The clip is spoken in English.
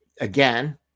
again